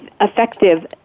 effective